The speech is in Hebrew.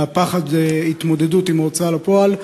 מפחד ההתמודדות עם ההוצאה לפועל,